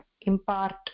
impart